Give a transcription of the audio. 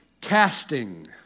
Casting